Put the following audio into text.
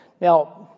Now